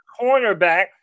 cornerback